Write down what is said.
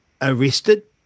arrested